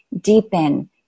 deepen